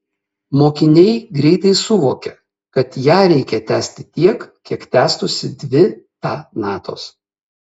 mokiniai greitai suvokia kad ją reikia tęsti tiek kiek tęstųsi dvi ta natos